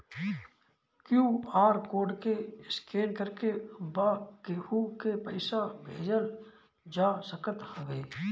QR code के scan करके बा केहू के पईसा भेजल जा सकत हवे